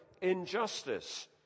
injustice